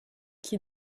qui